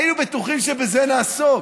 היינו בטוחים שבזה נעסוק.